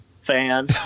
fan